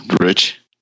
Rich